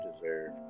deserve